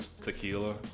tequila